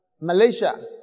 Malaysia